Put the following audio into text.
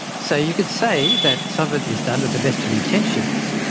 so you could say that some of it is done with best of intentions,